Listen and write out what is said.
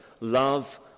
Love